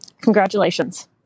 congratulations